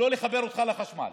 לא לחבר אותך לחשמל.